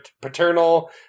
paternal